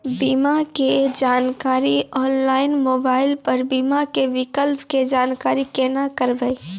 बीमा के जानकारी ऑनलाइन मोबाइल पर बीमा के विकल्प के जानकारी केना करभै?